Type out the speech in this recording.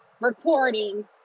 recording